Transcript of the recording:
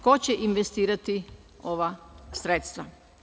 Ko će investirati ova sredstva?